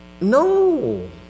No